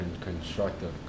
constructive